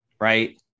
Right